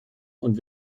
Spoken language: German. und